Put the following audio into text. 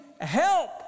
help